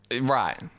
Right